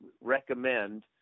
recommend